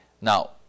now